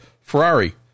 Ferrari